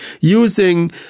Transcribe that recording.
using